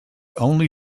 only